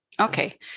Okay